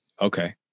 Okay